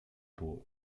było